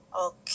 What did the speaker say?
Okay